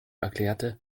erklärt